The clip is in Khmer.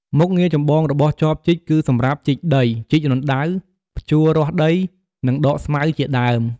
មុខងារចម្បងរបស់ចបជីក គឺសម្រាប់ ជីកដី ជីករណ្ដៅ ភ្ជួររាស់ដី និងដកស្មៅជាដើម។